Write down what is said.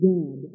God